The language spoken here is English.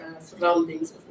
surroundings